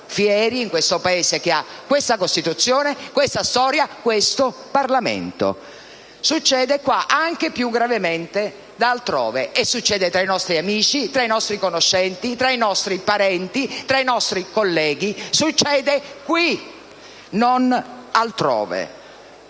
fieri; in questo Paese che ha questa Costituzione, questa storia, questo Parlamento. Succede qua anche più gravemente che altrove. Succede tra i nostri amici, tra i nostri conoscenti, tra i nostri parenti, tra i nostri colleghi. Succede qui, non altrove.